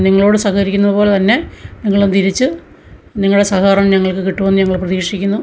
നിങ്ങളോട് സഹകരിക്കുന്നതു പോലെതന്നെ ഞങ്ങളും തിരിച്ച് നിങ്ങളുടെ സഹകരണം ഞങ്ങൾക്ക് കിട്ടുമെന്ന് ഞങ്ങൾ പ്രതീക്ഷിക്കുന്നു